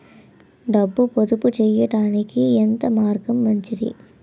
డబ్బు పొదుపు చేయటానికి ఏ మార్గం మంచిది?